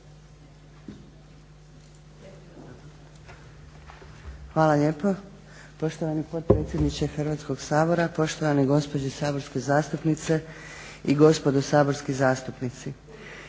Hvala lijepo poštovani potpredsjedniče Hrvatskog sabora, poštovane gospođe saborske zastupnice i gospodo saborski zastupnici.